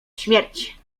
śmierć